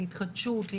להתחדשות,